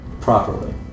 properly